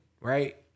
right